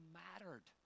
mattered